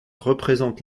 représentent